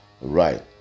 Right